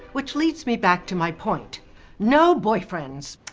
which leads me back to my point no boyfriends.